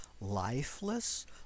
Lifeless